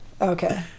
Okay